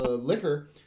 liquor